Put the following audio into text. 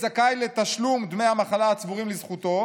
זכאי לתשלום דמי המחלה הצבורים לזכותו,